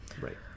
Right